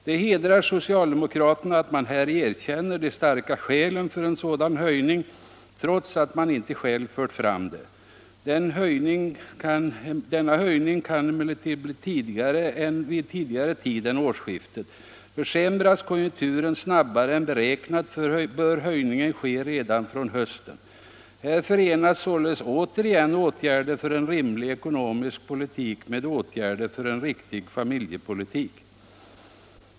Det hedrar socialdemokraterna att man här erkänner de starka skälen för en sådan höjning trots att man inte själv fört fram förslaget. Denna höjning kan emellertid bli aktuell tidigare än vid årsskiftet. Försämras konjunkturen snabbare än beräknat bör höjningen ske redan från hösten. Här förenas således återigen åtgärder för en rimlig ekonomisk politik med åtgärder för en riktig familjepolitik.